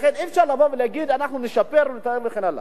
לכן, אי-אפשר לבוא ולהגיד: אנחנו נשפר וכן הלאה.